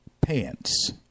pants